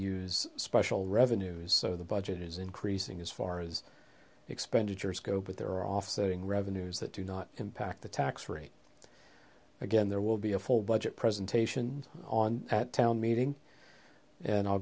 use special revenues so the budget is increasing as far as expenditures go but there are offsetting revenues that do not impact the tax rate again there will be a full budget presentation on at town meeting and i'll